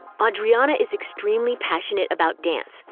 audriana is extremely passionate about dance,